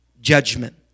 judgment